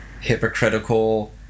hypocritical